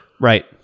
Right